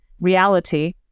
reality